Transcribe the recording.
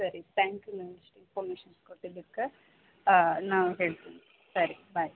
ಸರಿ thank you ma'am ಇಷ್ಟು information ಕೊಟ್ಟಿದ್ದಕ್ಕೆ ನಾವು ಹೇಳ್ತಿವಿ ಸರಿ ಬಾಯ್